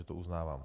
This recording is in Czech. To uznávám.